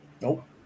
Nope